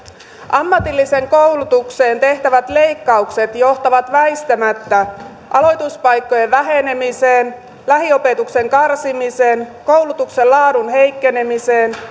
ammatilliseen koulutukseen tehtävät leikkaukset johtavat väistämättä aloituspaikkojen vähenemiseen lähiopetuksen karsimiseen koulutuksen laadun heikkenemiseen